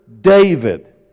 David